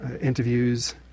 interviews